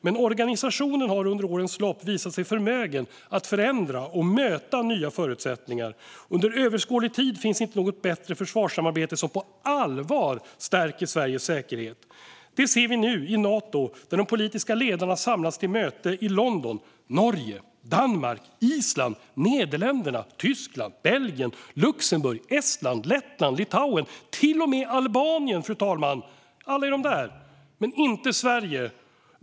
Men organisationen har under årens lopp visat sig förmögen att förändras och möta nya förutsättningar. Under överskådlig tid finns inte något bättre försvarssamarbete som på allvar stärker Sveriges säkerhet. Det ser vi nu i Nato, när de politiska ledarna samlats till möte i London. Norge, Danmark, Island, Nederländerna, Tyskland, Belgien, Luxemburg, Estland, Lettland, Litauen och till och med Albanien, fru talman - alla är där, men inte Sverige.